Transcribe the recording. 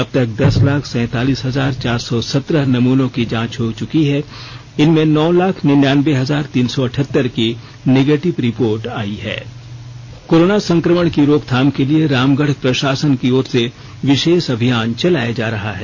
अबतक दस लाख सैंतालीस हजार चार सौ सत्रह नमूनों की जांच हो चुकी है इनमें नौ लाख निन्यान्वे हजार तीन सौ अठहत्तर की निगेटिव रिपोर्ट आई है कोरोना संक्रमण की रोकथाम के लिए रामगढ़ प्रशासन की ओर से विशेष अभियान चलाया जा रहा है